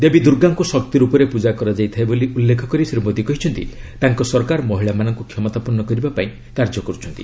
ଦେବୀ ଦୁର୍ଗାଙ୍କୁ ଶକ୍ତି ରୂପରେ ପୂଜା କରାଯାଇଥାଏ ବୋଲି ଉଲ୍ଲେଖ କରି ଶ୍ରୀ ମୋଦୀ କହିଛନ୍ତି ତାଙ୍କ ସରକାର ମହିଳାମାନଙ୍କୁ କ୍ଷମତାପନ୍ନ କରିବା ପାଇଁ କାର୍ଯ୍ୟ କରୁଛନ୍ତି